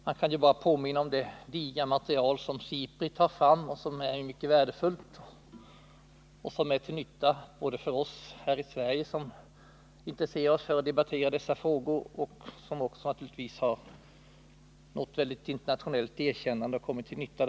Jag kan bara påminna om det digra material som SIPRI tar fram och som är mycket värdefullt för oss här i Sverige som intresserar oss för att debattera dessa frågor. Materialet har ju fått internationellt erkännande och kommit till nytta.